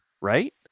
right